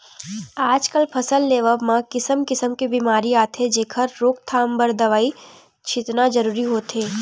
आजकल फसल लेवब म किसम किसम के बेमारी आथे जेखर रोकथाम बर दवई छितना जरूरी होथे